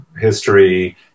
history